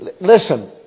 Listen